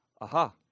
aha